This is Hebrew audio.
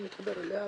אני מתחבר אליה,